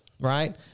right